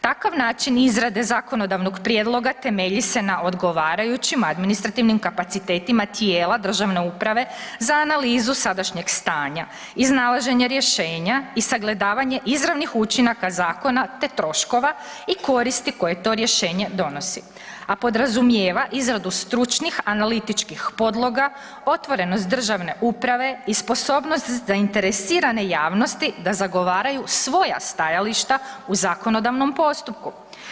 Takav način izrade zakonodavnog prijedloga temelji se na odgovarajućim administrativnim kapacitetima tijela državne uprave za analizu sadašnjeg stanja, iznalaženje rješenja i sagledavanje izravnih učinaka zakona, te troškova i koristi koje to rješenje donosi, a podrazumijeva izradu stručnih analitičkih podloga, otvorenost državne uprave i sposobnost zainteresirane javnosti da zagovaraju svoja stajališta u zakonodavnom postupku.